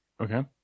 Okay